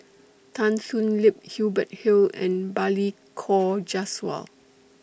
Tan Thoon Lip Hubert Hill and Balli Kaur Jaswal